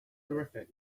terrific